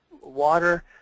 water